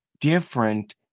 different